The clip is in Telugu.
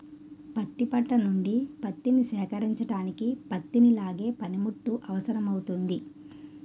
పత్తి పంట నుండి పత్తిని సేకరించడానికి పత్తిని లాగే పనిముట్టు అవసరమౌతుంది